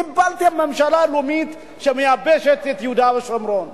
קיבלתם ממשלה לאומית שמייבשת את יהודה ושומרון.